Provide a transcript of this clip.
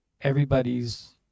everybody's